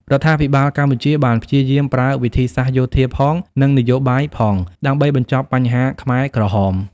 រដ្ឋាភិបាលកម្ពុជាបានព្យាយាមប្រើវិធីសាស្ត្រយោធាផង និងនយោបាយផងដើម្បីបញ្ចប់បញ្ហាខ្មែរក្រហម។